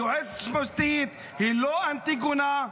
היועצת המשפטית היא לא אנטיגונה,